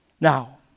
Now